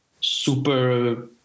super